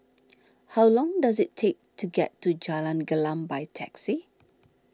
how long does it take to get to Jalan Gelam by taxi